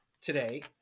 today